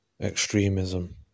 Extremism